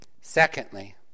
Secondly